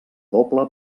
doble